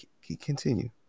continue